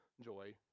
joy